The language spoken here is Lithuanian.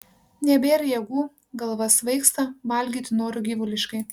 nebėr jėgų galva svaigsta valgyti noriu gyvuliškai